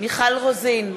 מיכל רוזין,